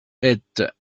américains